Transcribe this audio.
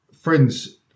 Friends